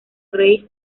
rey